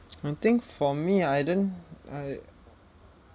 I think for me I don't I